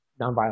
nonviolent